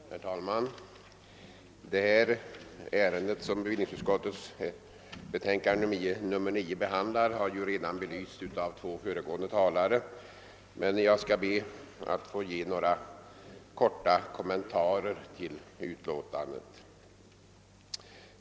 Herr talman! Det ärende som behandlas i bevillningsutskottets betänkande nr 9 har ju redan belysts av de två föregående talarna, men jag skall i alla fall be att få göra några korta kommentarer till utskottsbetänkandet.